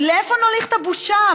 לאיפה נוליך את הבושה?